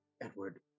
Edward